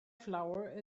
flower